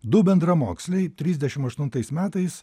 du bendramoksliai trisdešim aštuntais metais